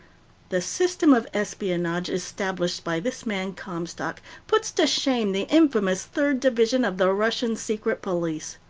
the system of espionage established by this man comstock puts to shame the infamous third division of the russian secret police.